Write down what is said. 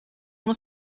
uno